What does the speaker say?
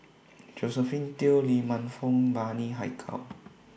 Josephine Teo Lee Man Fong Bani Haykal